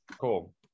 Cool